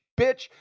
bitch